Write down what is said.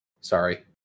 Sorry